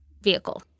vehicle